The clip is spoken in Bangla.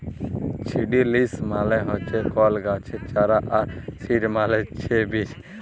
ছিডিলিংস মানে হচ্যে কল গাছের চারা আর সিড মালে ছে বীজ